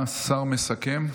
השר המסכם,